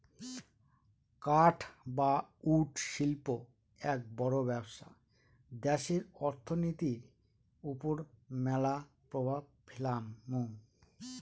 কাঠ বা উড শিল্প এক বড় ব্যবসা দ্যাশের অর্থনীতির ওপর ম্যালা প্রভাব ফেলামু